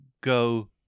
go